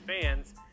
fans